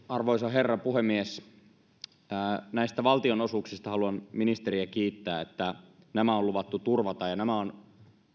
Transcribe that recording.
arvoisa herra puhemies näistä valtionosuuksista haluan ministeriä kiittää siitä että nämä on luvattu turvata tämä on